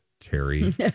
Terry